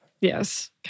Yes